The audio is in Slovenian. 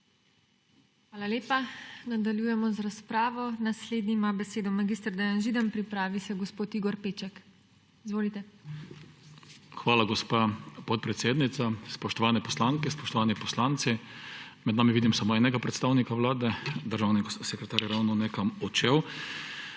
Hvala lepa. Nadaljujemo z razpravo. Naslednji ima besedo mag. Dejan Židan, pripravi se gospod Igor Peček. Izvolite. **MAG. DEJAN ŽIDAN (PS SD):** Hvala, gospa podpredsednica. Spoštovane poslanke, spoštovani poslanci! Med nami vidim samo enega predstavnika Vlade, državni sekretar je ravno nekam odšel.